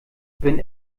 bin